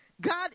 God